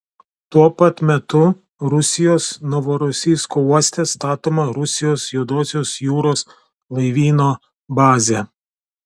tuo pat metu rusijos novorosijsko uoste statoma rusijos juodosios jūros laivyno bazė